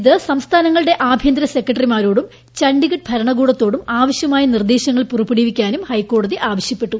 ഇരു സംസ്ഥാനങ്ങളുടെ ആഭ്യന്തര സെക്രട്ടറിമാരോടും ചാണ്ഡിഗഡ് ഭരണകൂടത്തോടും ആവശ്യമായ നിർദേശങ്ങൾ പുറപ്പെടുവിക്കാനും ഹൈക്കോടതി ആവശ്യപ്പെട്ടു